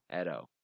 Edo